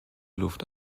luft